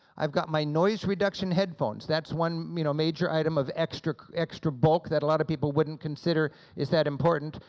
i've got my noise-reduction headphones, that's one you know major item of extra extra bulk that a lot of people wouldn't consider is that important,